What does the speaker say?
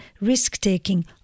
risk-taking